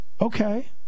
okay